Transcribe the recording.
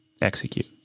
execute